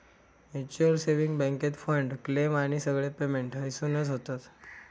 mutual saving बॅन्केत fund, claim आणि सगळे पेमेंट हयसूनच होतत